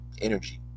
energy